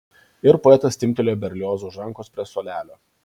ir poetas timptelėjo berliozą už rankos prie suolelio